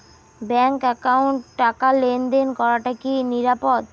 Bank একাউন্টত টাকা লেনদেন করাটা কি নিরাপদ?